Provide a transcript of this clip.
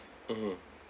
mmhmm